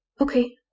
Okay